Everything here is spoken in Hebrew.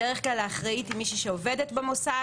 בדרך כלל האחראית היא מישהי שעובדת במוסד.